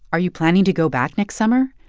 are you planning to go back next summer?